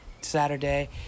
Saturday